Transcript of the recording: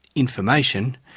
information,